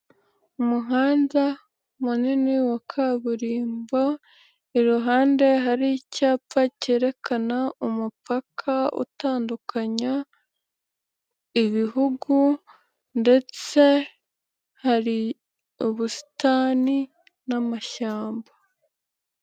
Umuhanda munini wa kaburimbo iruhande hari icyapa cyerekana umupaka utandukanya ibihugu ndetse hari ubusitani n'amashyamba.